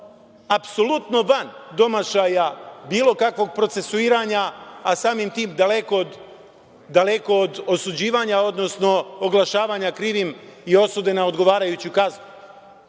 apsolutno van domašaja bilo kakvog procesuiranja, a samim tim daleko od osuđivanja, odnosno oglašavanja krivim i osude na odgovarajuću kaznu?